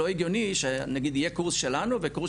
לא הגיוני שנגיד יהיה קורס שלנו וקורס